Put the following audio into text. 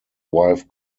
wife